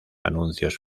anuncios